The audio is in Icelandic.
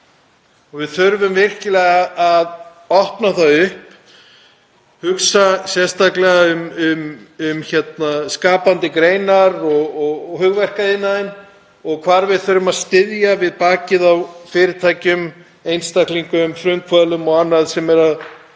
Við þurfum virkilega að opna á þau, hugsa sérstaklega um skapandi greinar og hugverkaiðnaðinn og hvar við þurfum að styðja við bakið á fyrirtækjum, einstaklingum, frumkvöðlum og öðrum sem eru að